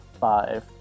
five